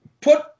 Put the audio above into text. put